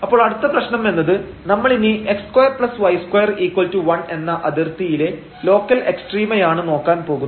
അപ്പോൾ അടുത്തപ്രശ്നം എന്നത് നമ്മൾ ഇനി x2y21 എന്ന അതിർത്തിയിലെ ലോക്കൽ എക്സ്ട്രീമയാണ് നോക്കാൻ പോകുന്നത്